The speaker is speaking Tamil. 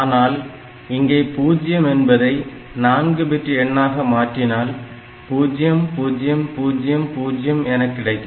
ஆனால் இங்கே 0 என்பதை 4 பிட் எண்ணாக மாற்றினால் 0000 என கிடைக்கும்